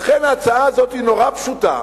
לכן, ההצעה הזאת נורא פשוטה.